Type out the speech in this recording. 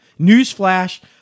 Newsflash